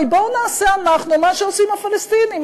הרי בואו נעשה אנחנו מה שעושים הפלסטינים.